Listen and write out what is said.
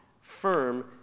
firm